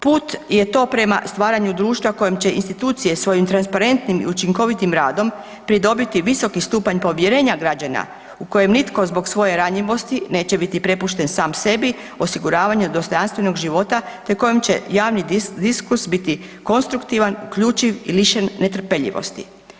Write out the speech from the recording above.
Put je to prema stvaranju društva kojem će institucije svojim transparentnim i učinkovitim radom pridobiti visoki stupanj povjerenja građana u kojem nitko zbog svoje ranjivosti neće biti prepušten sam sebi osiguravanjem dostojanstvenog života, te kojim će javni diskurs biti konstruktivan, uključiv i lišen netrpeljivosti.